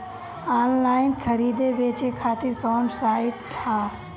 Online खरीदे बेचे खातिर कवन साइड ह?